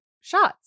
shots